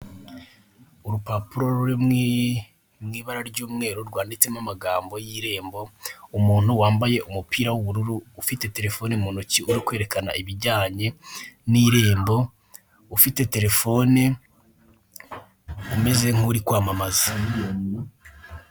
Urupapuro ruri mu ibara ry'umweru rwanditsemo amagambo y'irembo umuntu wambaye umupira w'ubururu ufite terefone mu ntoki uri kwerekana ibijyanye n'irembo ufite terefone umeze nk'uri kwamamaza.